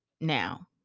now